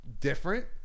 different